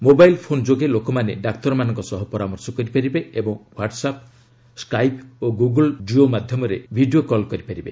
mobile ଯୋଗେ ଲୋକମାନେ ଡାକ୍ତରମାନଙ୍କ ସହ ପରାମର୍ଶ କରିପାରିବେ ଏବଂ ହ୍ୱାଟସ୍ଆପ୍ ସ୍କାଇପ୍ ଓ ଗୁଗୁଲ ଡୁଓ ମାଧ୍ୟମରେ ମଧ୍ୟ ଭିଡ଼ିଓ କଲ୍ କରିପାରିପାରିବେ